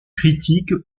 critiques